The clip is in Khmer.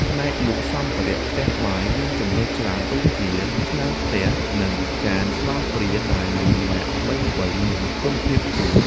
ផ្នែកលក់សម្ភារៈផ្ទះបាយមានជម្រើសច្រើនដូចជាឆ្នាំងខ្ទះនិងចានស្លាបព្រាដែលមានម៉ាកល្បីៗនិងគុណភាពខ្ពស់។